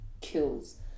kills